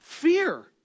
Fear